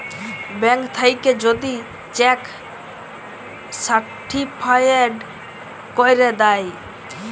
bank থ্যাইকে যদি check certified ক্যইরে দ্যায়